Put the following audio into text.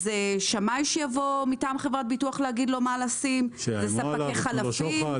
שמאי שיבוא מטעם חברת ביטוח להגיד לו מה לשים או אלה ספקי חלפים.